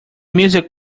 music